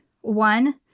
one